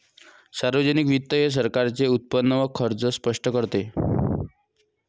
सार्वजनिक वित्त हे सरकारचे उत्पन्न व खर्च स्पष्ट करते